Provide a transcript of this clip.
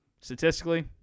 statistically